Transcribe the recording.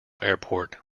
airport